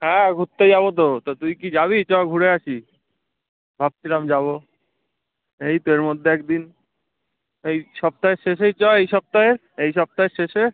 হ্যাঁ ঘুরতে যাব তো তো তুই কি যাবি চল ঘুরে আসি ভাবছিলাম যাব এই তো এর মধ্যে একদিন এই সপ্তাহের শেষেই চল এই সপ্তাহে এই সপ্তাহের শেষে